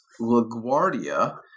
LaGuardia